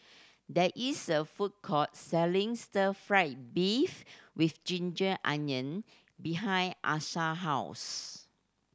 there is a food court selling Stir Fry beef with ginger onion behind Asher house